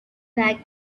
back